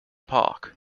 park